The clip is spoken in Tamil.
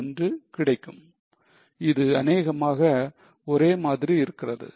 5241 கிடைக்கும் இது அனேகமாக ஒரே மாதிரி இருக்கிறது